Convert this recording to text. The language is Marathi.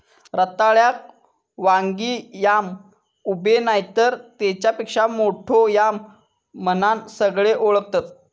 रताळ्याक वांगी याम, उबे नायतर तेच्यापेक्षा मोठो याम म्हणान सगळे ओळखतत